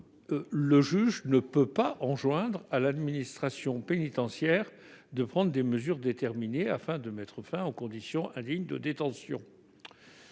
le juge ne peut pas enjoindre à l'administration pénitentiaire de prendre des mesures déterminées pour mettre fin aux conditions indignes de détention.